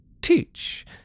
teach